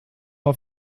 auf